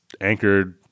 anchored